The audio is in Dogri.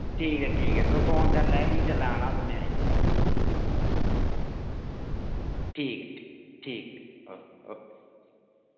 ठीक ऐ ठीक ऐ तुस फोन करी लैयो जेल्लै तुसें औना होग में आई जाह्गा ठीक ऐ ठीक ओके